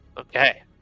Okay